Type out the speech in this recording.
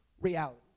reality